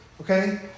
Okay